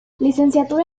licenciatura